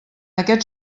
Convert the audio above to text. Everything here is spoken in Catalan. aquest